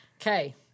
Okay